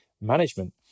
management